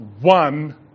one